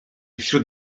wśród